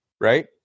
right